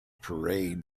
parade